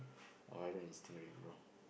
oh I don't eat stringray already bro